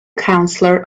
counselor